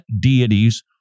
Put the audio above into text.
deities